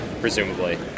presumably